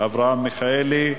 אברהם מיכאלי.